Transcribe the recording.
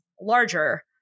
larger